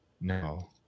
No